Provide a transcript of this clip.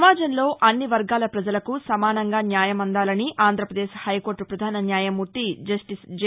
సమాజంలోని అన్ని వర్గాల ప్రజలకు సమానంగా న్యాయం అందాలని ఆంధ్రప్రదేశ్ హైకోర్టు పధాన న్యాయమూర్తి జస్లిస్ జె